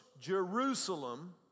Jerusalem